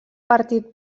partit